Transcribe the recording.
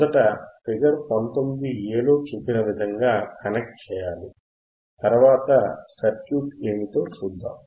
మొదట ఫిగర్ 19ఎ లో చూపిన విధంగా కనెక్ట్ చేయాలి తర్వాత సర్క్యూట్ ఏమిటో చూద్దాం